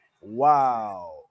Wow